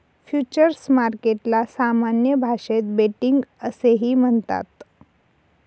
futures मार्केटला सामान्य भाषेत बेटिंग असेही म्हणतात